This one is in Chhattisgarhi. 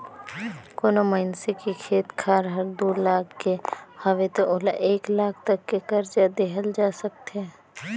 कोनो मइनसे के खेत खार हर दू लाख के हवे त ओला एक लाख तक के करजा देहल जा सकथे